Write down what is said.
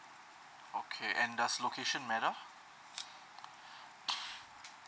okay and does location matter